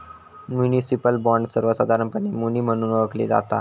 municipal bond, सर्वोसधारणपणे muni म्हणून ओळखला जाता